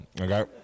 Okay